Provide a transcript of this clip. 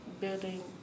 building